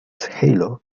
halo